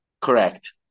Correct